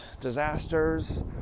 disasters